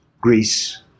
greece